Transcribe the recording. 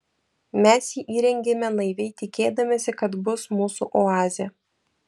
mes jį įrengėme naiviai tikėdamiesi kad bus mūsų oazė